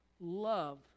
love